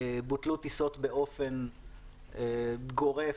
בוטלו טיסות באופן גורף.